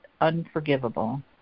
unforgivable